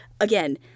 again